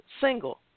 single